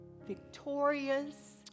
victorious